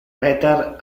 peter